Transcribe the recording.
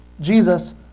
Jesus